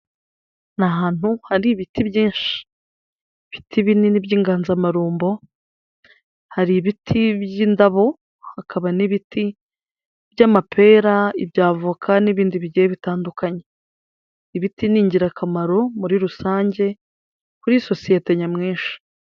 Ni ahantu hari ibiti byinshi, ibiti binini by'inganzamarumbo, hari ibiti by'indabo, hakaba n'ibiti by'amapera, iby'avoka n'ibindi bigiye bitandukanye, ibiti ni ingirakamaro muri rusange kuri sosiyete nyamwinshi.